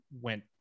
went